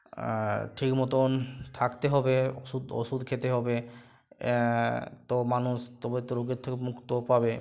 ঠিক মতোন থাকতে হবে ওষুধ ওষুধ খেতে হবে তো মানুষ তবে তো রোগের থেকে মুক্ত পাবে